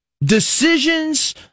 decisions